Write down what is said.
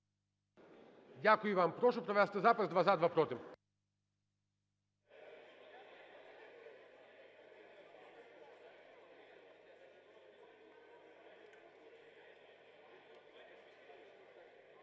Дякую вам. Прошу провести запис: два – за, два – проти.